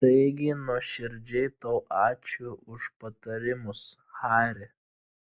taigi nuoširdžiai tau ačiū už patarimus hari